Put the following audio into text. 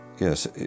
yes